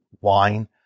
wine